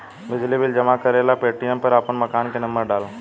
बिजली बिल जमा करेला पेटीएम पर आपन मकान के नम्बर डाल